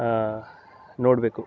ನೋಡಬೇಕು